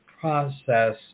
process